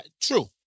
true